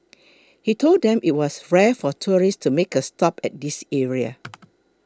he told them that it was rare for tourists to make a stop at this area